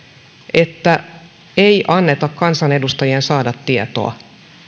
että ei anneta kansanedustajien saada tietoa